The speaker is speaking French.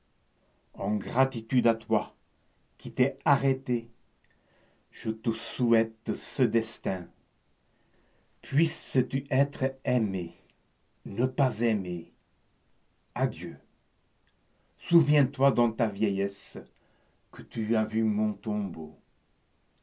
en gratitude à toi qui t'es arrêté je te souhaite ce destin puisses-tu être aimé ne pas aimer adieu souviens-toi dans ta vieillesse que tu as vu mon tombeau